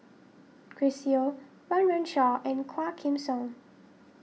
Chris Yeo Run Run Shaw and Quah Kim Song